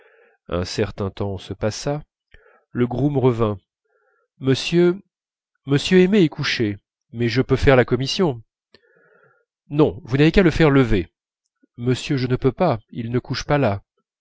un certain temps se passa le groom revint monsieur monsieur aimé est couché mais je peux faire la commission non vous n'avez qu'à le faire lever monsieur je ne peux pas il ne couche pas là